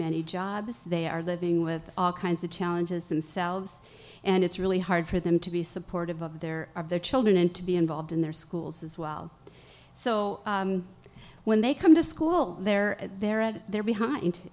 many jobs they are living with all kinds of challenges themselves and it's really hard for them to be supportive of their of their children and to be involved in their schools as well so when they come to school they're there and they're behind